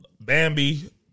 Bambi